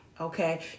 Okay